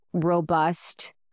robust